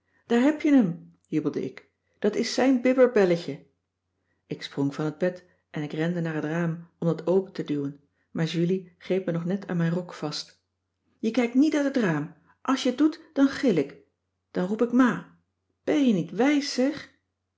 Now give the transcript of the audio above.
daar heb je m jubelde ik dat is zijn bibber belletje ik sprong van het bed en ik rende naar het raam om dat open te duwen maar julie greep me nog net aan mijn rok vast je kijkt niet uit het raam als je t doet dan gil ik dan roep ik ma ben je niet wijs zeg